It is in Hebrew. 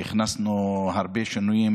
והכנסנו הרבה שינויים